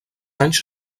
anys